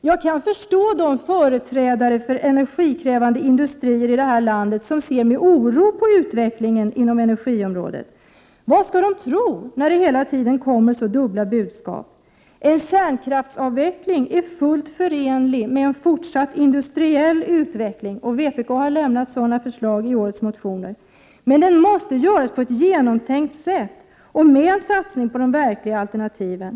Jag kan förstå de företrädare för energikrävande industrier i det här landet som ser med oro på utvecklingen inom energiområdet. Vad skall de tro när det hela tiden kommer dubbla budskap? En kärnkraftsavveckling är fullt förenlig med en fortsatt industriell utveckling. Vpk har lämnat sådana förslag | i årets motioner. Det måste dock göras på ett genomtänkt sätt och med en satsning på de verkliga alternativen.